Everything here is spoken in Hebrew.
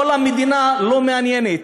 כל המדינה לא מעניינת,